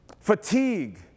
fatigue